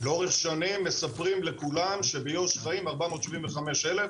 לאורך שנים מספרים לכולם שביו"ש חיים ארבע מאות שבעים וחמש אלף,